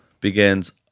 begins